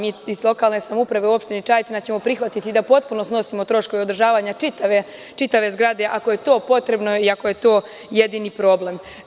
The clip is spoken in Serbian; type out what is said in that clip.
Mi iz lokalne samouprave u opštini Čajetina ćemo prihvatiti da potpuno snosimo troškove održavanja čitave zgrade, ako je to potrebno i ako je to jedini problem.